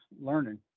learning